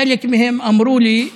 חלק מהם אמרו לי: